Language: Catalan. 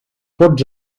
vots